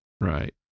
right